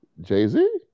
Jay-Z